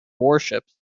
warships